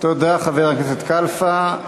תודה, חבר הכנסת קלפה.